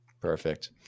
Perfect